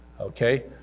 okay